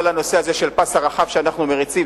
הוא כל הנושא הזה של הפס הרחב שאנחנו מריצים.